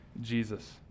Jesus